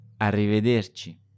Arrivederci